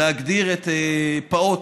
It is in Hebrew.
להגדיר פעוט,